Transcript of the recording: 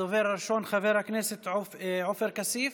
הדובר הראשון, חבר הכנסת עופר כסיף,